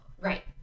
Right